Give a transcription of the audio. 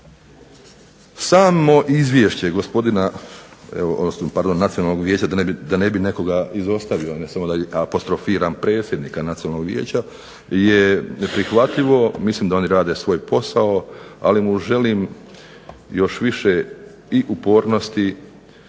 Samo izvješće Nacionalnog vijeća da ne bi nekoga izostavio ne samo da apostrofiram, predsjednika nacionalnog vijeća je neprihvatljivo, mislim da oni rade svoj posao ali mu želim još više i upornosti